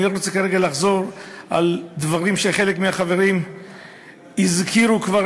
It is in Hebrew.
אני לא רוצה כרגע לחזור על דברים שחלק מהחברים הזכירו כבר,